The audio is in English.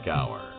Hour